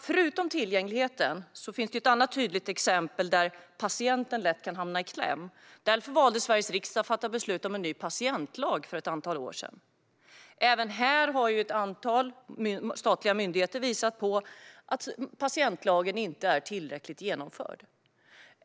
Förutom tillgängligheten finns det ett annat tydligt exempel där patienten lätt kan hamna i kläm. Därför valde Sveriges riksdag att fatta beslut om en ny patientlag för några år sedan. Även här har ett antal statliga myndigheter visat på att patientlagen inte är tillräckligt genomförd.